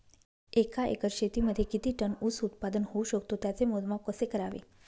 एका एकर शेतीमध्ये किती टन ऊस उत्पादन होऊ शकतो? त्याचे मोजमाप कसे करावे?